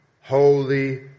holy